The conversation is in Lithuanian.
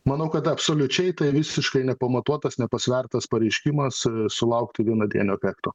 manau kad absoliučiai tai visiškai nepamatuotas nepasvertas pareiškimas sulaukti vienadienio efekto